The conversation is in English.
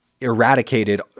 eradicated